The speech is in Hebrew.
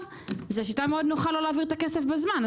זו שיטה מאוד נוחה לא להעביר את הכסף בזמן.